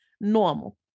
normal